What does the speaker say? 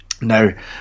now